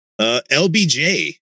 LBJ